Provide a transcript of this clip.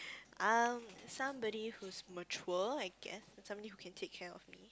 um somebody who's mature I guess and somebody who can take care of me